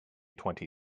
twenty